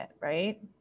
right